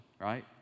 right